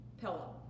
pillow